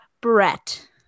Brett